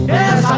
Yes